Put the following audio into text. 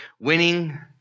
winning